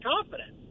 confidence